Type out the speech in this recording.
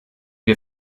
wir